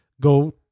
Go